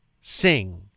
sing